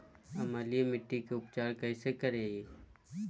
अम्लीय मिट्टी के उपचार कैसे करियाय?